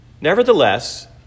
Nevertheless